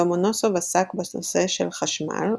לומונוסוב עסק בנושא של חשמל,